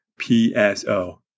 PSO